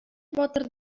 батыр